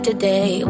Today